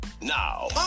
now